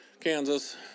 Kansas